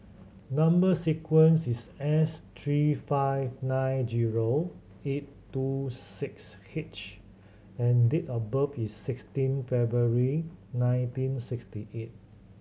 number sequence is S three five nine zero eight two six H and date of birth is sixteen February nineteen sixty eight